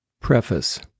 Preface